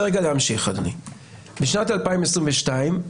בשנת 2022,